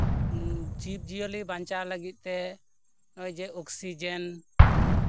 ᱩᱸ ᱡᱤᱵ ᱡᱤᱭᱟᱹᱞᱤ ᱵᱟᱧᱪᱟᱣ ᱞᱟᱹᱜᱤᱫ ᱛᱮ ᱱᱚᱜᱼᱚᱭ ᱡᱮ ᱚᱠᱥᱤᱡᱮᱱ